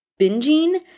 binging